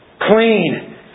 Clean